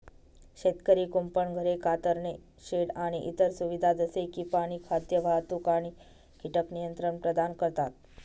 शेतकरी कुंपण, घरे, कातरणे शेड आणि इतर सुविधा जसे की पाणी, खाद्य, वाहतूक आणि कीटक नियंत्रण प्रदान करतात